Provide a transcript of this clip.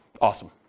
Awesome